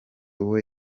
uwo